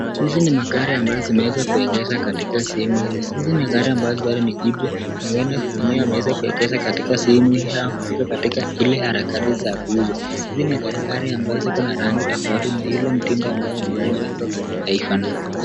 Hizi ni magari ambazo zimeweza kuegeshwa katika sehemu hizi. Hizi ni magari ambayo bado ni jipya huenda wenyewe wameweza kuegesha katika sehemu hii au ziko katika zile harakati za kuuza. Hizi ni magari ambazo ziko na rangi tofauti na ile mtindo ambayo imeundwa iko katika haifanani.